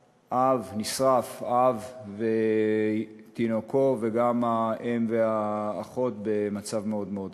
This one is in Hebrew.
נשרפו אב ותינוקו וגם האם והאחות במצב מאוד מאוד קשה.